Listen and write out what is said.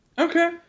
Okay